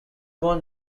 one